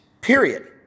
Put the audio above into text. Period